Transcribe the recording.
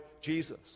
Jesus